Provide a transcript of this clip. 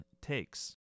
takes